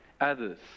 others